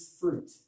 fruit